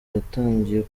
yatangiye